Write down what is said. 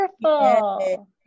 wonderful